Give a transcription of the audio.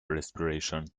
respiration